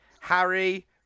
Harry